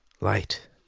Light